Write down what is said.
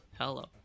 Hello